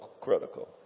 critical